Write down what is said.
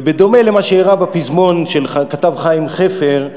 ובדומה למה שאירע בפזמון שכתב חיים חפר,